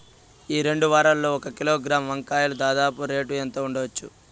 ఈ రెండు వారాల్లో ఒక కిలోగ్రాము వంకాయలు దాదాపు రేటు ఎంత ఉండచ్చు?